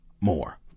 more